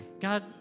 God